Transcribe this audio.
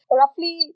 roughly